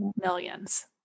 millions